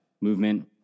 Movement